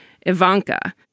Ivanka